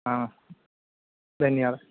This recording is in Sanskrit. हा धन्यवादः